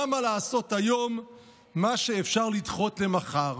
למה לעשות היום מה שאפשר לדחות למחר?